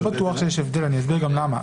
חבר הכנסת, אני לא בטוח שיש הבדל, אסביר גם למה.